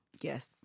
Yes